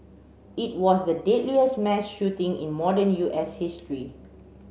it was the deadliest mass shooting in modern U S history